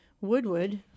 Woodward